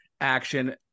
action